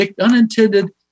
unintended